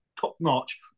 top-notch